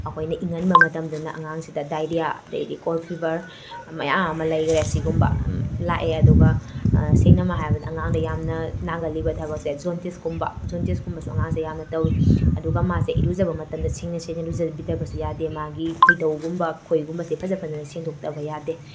ꯑꯩꯈꯣꯏꯅ ꯏꯪꯍꯟꯕ ꯃꯇꯝꯗꯅ ꯑꯉꯥꯡꯁꯤꯗ ꯗꯥꯏꯔꯤꯌꯥ ꯑꯗꯩꯗꯤ ꯀꯣꯜ ꯐꯤꯕꯔ ꯃꯌꯥꯝ ꯑꯃ ꯂꯩꯈ꯭ꯔꯦ ꯁꯤꯒꯨꯝꯕ ꯂꯥꯛꯑꯦ ꯑꯗꯨꯒ ꯁꯦꯡꯅꯃꯛ ꯍꯥꯏꯔꯕꯗ ꯑꯉꯥꯡꯗ ꯌꯥꯝꯅ ꯅꯥꯒꯜꯂꯤꯕ ꯊꯕꯛꯁꯦ ꯖꯣꯟꯇꯤꯁ ꯀꯨꯝꯕ ꯖꯣꯟꯇꯤꯁ ꯀꯨꯝꯕꯁꯨ ꯑꯉꯥꯡꯁꯦ ꯌꯥꯝꯅ ꯇꯧꯏ ꯑꯗꯨꯒ ꯃꯥꯁꯦ ꯏꯔꯨꯖꯕ ꯃꯇꯝꯗ ꯁꯦꯡꯅ ꯁꯦꯡꯅ ꯂꯨꯖꯕꯤꯗꯕꯁꯨ ꯌꯥꯗꯦ ꯃꯥꯒꯤ ꯈꯣꯏꯗꯧꯒꯨꯝꯕ ꯈꯣꯏꯒꯨꯝꯕꯁꯦ ꯐꯖ ꯐꯖꯅ ꯁꯦꯡꯗꯣꯛꯇꯕ ꯌꯥꯗꯦ